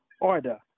order